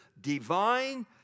divine